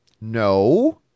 no